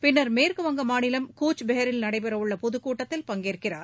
பின்னர் மேற்கு வங்க மாநிலம் கூச் பெஹரில் நடைபெறவுள்ள பொதுக்கூட்டத்தில் பங்கேற்கிறார்